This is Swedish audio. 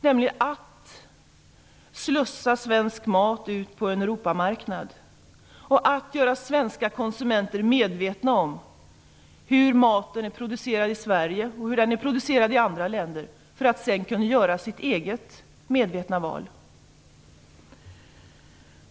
Det är att slussa svensk mat ut på en Europamarknad och att göra svenska konsumenter medvetna om hur maten är producerad i Sverige och i andra länder, för att de sedan skall kunna göra sitt eget, medvetna val.